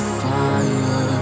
fire